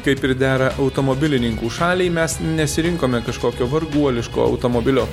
kaip ir dera automobilininkų šaliai mes nesirinkome kažkokio varguoliško automobilio